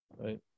right